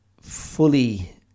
fully